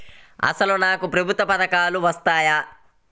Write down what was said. అసలు నాకు ప్రభుత్వ పథకాలు వర్తిస్తాయా?